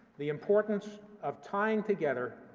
the importance of tying together,